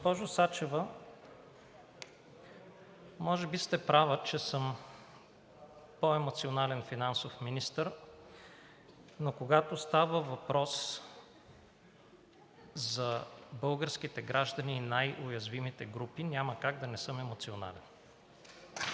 Госпожо Сачева, може би сте права, че съм по емоционален финансов министър, но когато става въпрос за българските граждани и най-уязвимите групи, няма как да не съм емоционален.